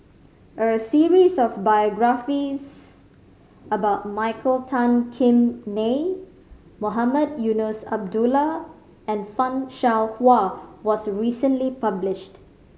a series of biographies about Michael Tan Kim Nei Mohamed Eunos Abdullah and Fan Shao Hua was recently published